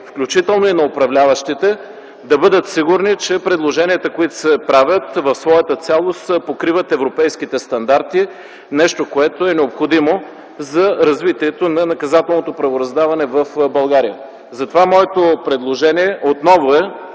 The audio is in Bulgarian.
включително и на управляващите, да бъдат сигурни, че предложенията, които се правят, в своята цялост покриват европейските стандарти – нещо, което е необходимо за развитието на наказателното правораздаване в България. Затова моето предложение отново е,